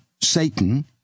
Satan